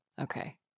okay